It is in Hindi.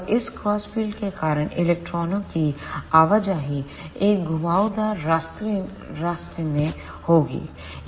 और इस क्रॉस फील्ड के कारण इलेक्ट्रॉनों की आवाजाही एक घुमावदार रास्ते में होगी